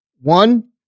One